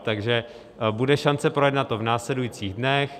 Takže bude šance projednat to v následujících dnech.